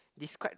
describe